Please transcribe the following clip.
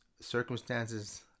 Circumstances